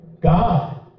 God